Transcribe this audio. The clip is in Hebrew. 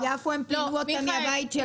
ביפו פינו אותם מן הבית שלהם.